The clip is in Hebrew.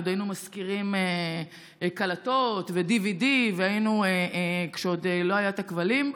עוד היינו שוכרים קלטות ו-DVD כשעוד לא היו כבלים.